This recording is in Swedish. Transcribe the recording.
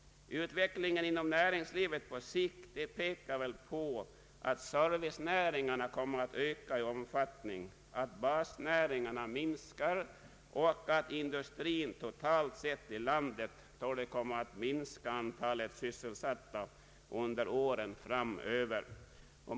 Utvecklingen inom näringslivet på sikt pekar på att servicenäringarna kommer att öka i omfattning, att basnäringarna minskar och att även industrin totalt sett i landet torde komma att minska antalet sysselsatta under åren framöver.